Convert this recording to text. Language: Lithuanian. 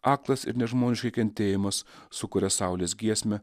aklas ir nežmoniškai kentėjimas sukuria saulės giesmę